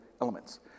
elements